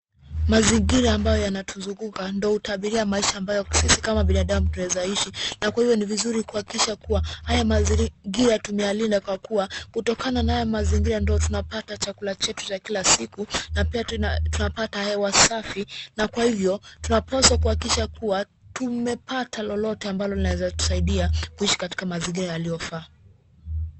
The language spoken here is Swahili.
Mazingira ambayo yanatuzunguka ndio utabiria wa maisha ambayo sisi kama binadamu tunaezaishi na kwa hivyo ni vizuri kuhakikisha kuwa haya mazingira tumeyalinda kwa kuwa kutokana na haya mazingira ndio tunapata chakula chetu cha kila siku na pia tunapata hewa safi na kwa hivyo tunapaswa kuhakikisha kuwa tumepata lolote ambalo linaweza tusaidia kuishi katika mazingira yaliyofaa.